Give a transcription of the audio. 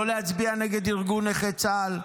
לא להצביע נגד ארגון נכי צה"ל,